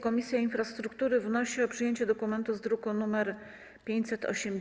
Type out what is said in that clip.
Komisja Infrastruktury wnosi o przyjęcie dokumentu z druku nr 585.